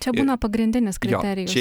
čia būna pagrindinis kriterijus